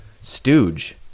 stooge